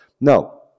No